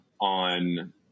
on